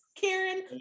Karen